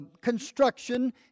construction